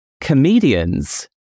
comedians